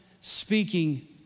speaking